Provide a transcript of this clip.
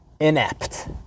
inept